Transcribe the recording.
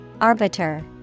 Arbiter